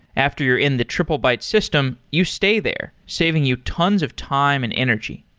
after you're in the triplebyte system, you stay there, saving you tons of time and energy.